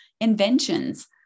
inventions